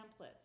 templates